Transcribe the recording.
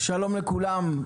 שלום לכולם.